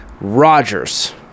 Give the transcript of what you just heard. Rogers